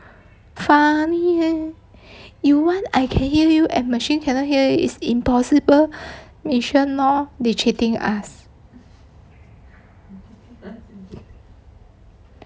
funny leh you want I can hear you and machine cannot hear you is impossible mission lor they cheating us